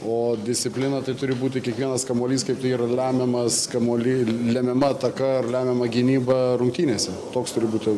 o disciplina tai turi būti kiekvienas kamuolys kaip tai yra lemiamas kamuolys ir lemiama ataka lemiamą gynybą rungtynėse toks turi būti